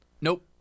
nope